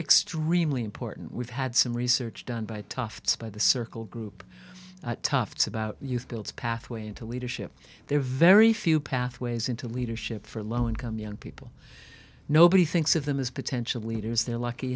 extremely important we've had some research done by tufts by the circle group at tufts about youth build pathway into leadership there are very few pathways into leadership for low income young people nobody thinks of them as potential leaders they're lucky